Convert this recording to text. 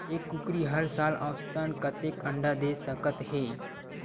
एक कुकरी हर साल औसतन कतेक अंडा दे सकत हे?